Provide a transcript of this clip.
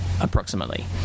approximately